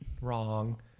Wrong